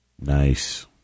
Nice